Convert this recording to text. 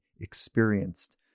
experienced